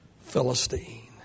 Philistine